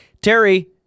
Terry